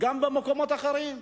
וגם במקומות אחרים.